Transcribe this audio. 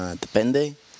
Depende